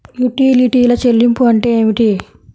యుటిలిటీల చెల్లింపు అంటే ఏమిటి?